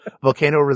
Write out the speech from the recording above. Volcano